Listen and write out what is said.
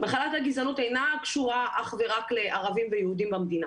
אינה קשורה אך ורק לערבים ויהודים במדינה.